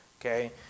Okay